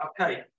Okay